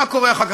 מה קורה אחר כך?